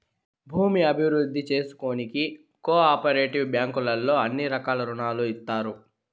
భూమి అభివృద్ధి చేసుకోనీకి కో ఆపరేటివ్ బ్యాంకుల్లో అన్ని రకాల రుణాలు ఇత్తారు